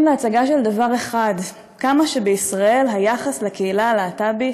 להצגה של דבר אחד: כמה שבישראל היחס לקהילה הלהט"בית